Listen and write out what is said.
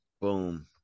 Boom